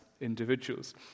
individuals